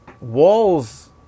Wall's